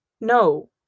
No